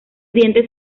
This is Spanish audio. dientes